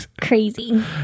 crazy